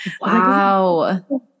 wow